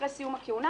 אחרי סיום הכהונה,